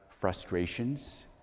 frustrations